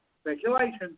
speculation